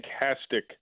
fantastic